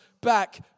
back